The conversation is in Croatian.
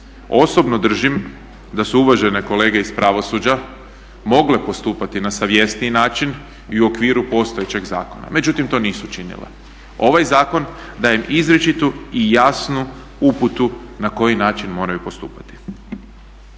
Osobno držim da su uvažene kolege iz pravosuđa mogle postupati na savjesniji način i u okviru postojećeg zakona, međutim to nisu činile. Ovaj zakon daje izričitu i jasnu uputu na koji način moraju postupati.